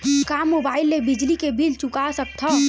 का मुबाइल ले बिजली के बिल चुका सकथव?